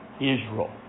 Israel